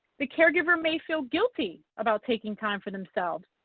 the caregiver may feel guilty about taking time for themselves.